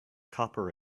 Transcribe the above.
copper